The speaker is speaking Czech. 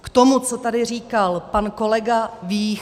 K tomu, co tady říkal pan kolega Vích.